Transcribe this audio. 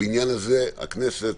הבניין הזה, הכנסת